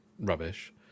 rubbish